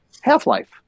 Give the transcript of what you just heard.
Half-Life